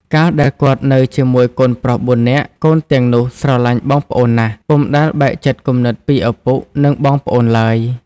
កាលដែលគាត់នៅជាមួយកូនប្រុស ៤នាក់ កូនទាំងនោះស្រឡាញ់បងប្អូនណាស់ ពុំដែលបែកចិត្តគំនិតពីឪពុក និងបងប្អូនឡើយ ។